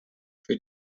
für